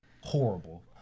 horrible